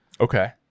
Okay